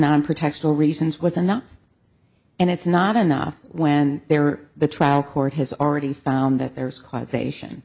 non protection reasons was enough and it's not enough when they're the trial court has already found that there is causation